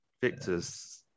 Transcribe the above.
Victor's